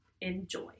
Enjoy